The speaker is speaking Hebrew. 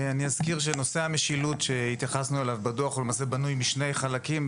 אני אזכיר שנושא המשילות שהתייחסנו אליו בדוח למעשה בנוי משני חלקים.